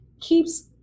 keeps